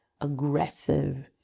aggressive